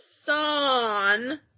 Son